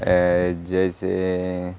جیسے